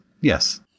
Yes